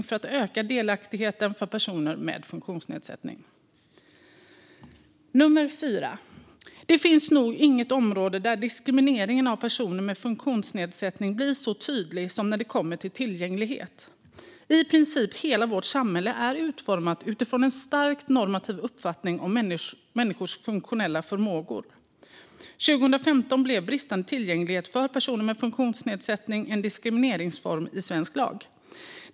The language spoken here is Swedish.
För det fjärde: Det finns nog inget område där diskrimineringen av personer med funktionsnedsättning blir så tydlig som när det gäller tillgänglighet. I princip hela vårt samhälle är utformat utifrån en starkt normativ uppfattning om människors funktionella förmågor. År 2015 blev bristande tillgänglighet för personer med funktionsnedsättning en diskrimineringsform i svensk lag.